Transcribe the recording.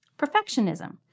Perfectionism